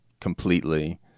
completely